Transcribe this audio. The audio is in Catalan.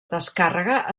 descàrrega